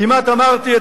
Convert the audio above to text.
כמעט אמרתי,